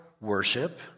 worship